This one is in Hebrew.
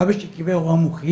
אבא שלי קיבל אירוע מוחי